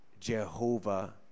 Jehovah